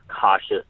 cautious